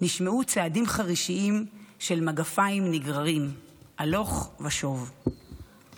נשמעו צעדים חרישיים של מגפיים נגררים הלוך ושוב,